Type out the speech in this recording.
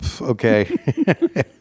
Okay